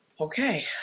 okay